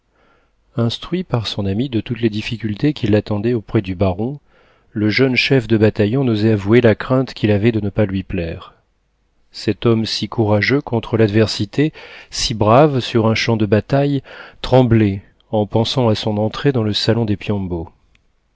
instruit par son amie de toutes les difficultés qui l'attendaient auprès du baron le jeune chef de bataillon n'osait avouer la crainte qu'il avait de ne pas lui plaire cet homme si courageux contre l'adversité si brave sur un champ de bataille tremblait en pensant à son entrée dans le salon des